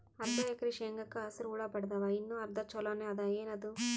ಅರ್ಧ ಎಕರಿ ಶೇಂಗಾಕ ಹಸರ ಹುಳ ಬಡದಾವ, ಇನ್ನಾ ಅರ್ಧ ಛೊಲೋನೆ ಅದ, ಏನದು?